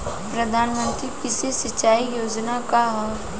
प्रधानमंत्री कृषि सिंचाई योजना का ह?